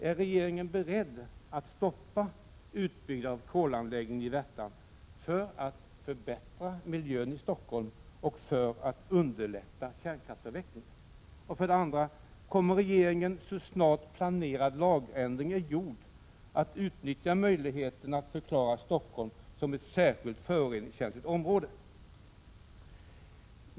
Är regeringen beredd att stoppa utbyggnaden av kolanläggningen i Värtan för att förbättra miljön i Stockholm och för att underlätta kärnkraftsavveklingen? 2. Kommer regeringen att så snart planerad lagändring är gjord utnyttja möjligheten att förklara Stockholm som ett särskilt föroreningskänsligt område?